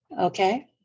Okay